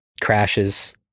crashes